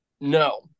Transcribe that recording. no